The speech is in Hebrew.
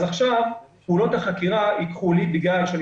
עכשיו פעולות החקירה לא ייקחו לי 10 ימים